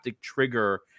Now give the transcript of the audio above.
trigger